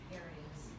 areas